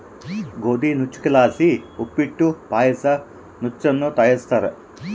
ಗೋದಿ ನುಚ್ಚಕ್ಕಿಲಾಸಿ ಉಪ್ಪಿಟ್ಟು ಪಾಯಸ ನುಚ್ಚನ್ನ ತಯಾರಿಸ್ತಾರ